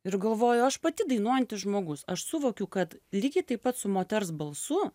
ir galvoju aš pati dainuojantis žmogus aš suvokiu kad lygiai taip pat su moters balsu